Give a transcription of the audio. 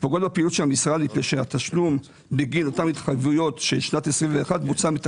מפני שהתשלום בגין אותן התחייבויות של שנת 2021 בוצע מן